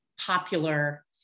popular